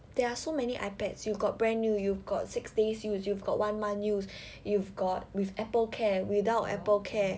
there are so many ipads you've got brand new you've got six days use you've got one month use you've got with Apple care without Apple care